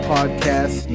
Podcast